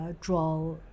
draw